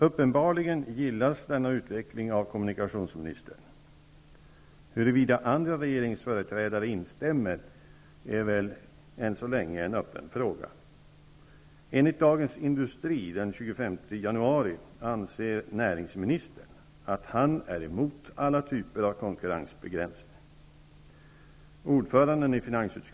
Uppenbarligen gillas denna utveckling av kommunikationsministern. Huruvida andra regeringsföreträdare instämmer är väl än så länge en öppen fråga. Enligt Dagens Industri den 25 januari säger näringsministern att han är emot alla typer av konkurrensbegränsning.